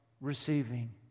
receiving